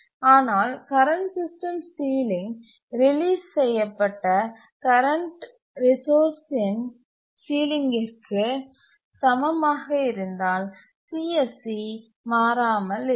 ஆனால் current system ceiling release செய்யப்பட்ட current ரிசோர்சின் சீலிங்கிற்கு சமமாக இருந்தால் CSC மாறாமல் இருக்கும்